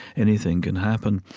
anything can happen.